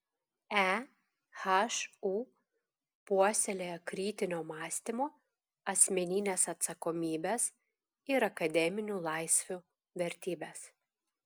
ehu puoselėja kritinio mąstymo asmeninės atsakomybės ir akademinių laisvių vertybes